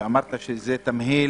ואמרת שזה תמהיל